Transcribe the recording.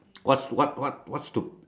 what what what what to